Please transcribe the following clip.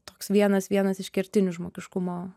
toks vienas vienas iš kertinių žmogiškumo